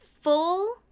full